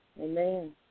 Amen